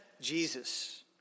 Jesus